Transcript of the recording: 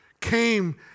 came